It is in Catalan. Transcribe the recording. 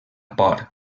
por